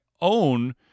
own